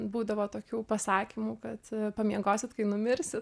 būdavo tokių pasakymų kad pamiegosit kai numirsit